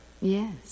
Yes